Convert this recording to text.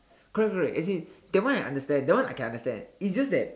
correct correct as in that one I understand that one I can understand it's just that